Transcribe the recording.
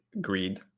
greed